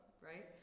right